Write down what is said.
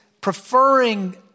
preferring